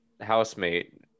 housemate